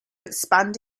expand